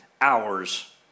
hours